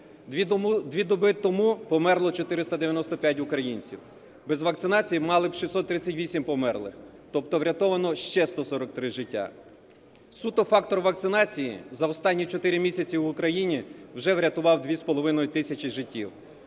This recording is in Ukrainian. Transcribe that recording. Дві доби тому померло 495 українців, без вакцинації мали б 638 померлих, тобто врятовано ще 143 життя. Суто фактор вакцинації за останні чотири місяці в Україні вже врятував 2,5 тисячі